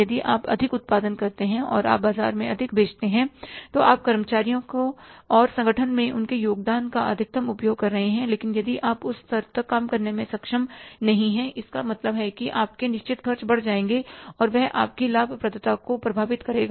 यदि आप अधिक उत्पादन करते हैं और आप बाजार में अधिक बेचते हैं तो आप कर्मचारियों का और संगठनों में उनके योगदान का अधिकतम उपयोग कर रहे हैं लेकिन यदि आप उस स्तर तक काम करने में सक्षम नहीं हैं तो इसका मतलब है कि आपके निश्चित खर्च बढ़ जाएंगे और वह आपकी लाभप्रदता को प्रभावित करेगा